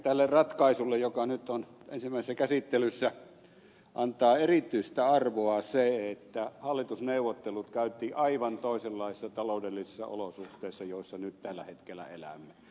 tälle ratkaisulle joka nyt on ensimmäisessä käsittelyssä antaa erityistä arvoa se että hallitusneuvottelut käytiin aivan toisenlaisissa taloudellisissa olosuhteissa kuin millaisissa nyt tällä hetkellä elämme